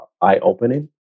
eye-opening